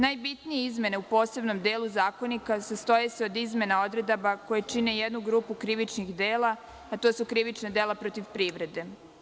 Najbitnije izmene u posebnom delu Zakonika sastoje se od izmena odredaba koje čine jednu grupu krivičnih dela i to su krivična dela protiv privrede.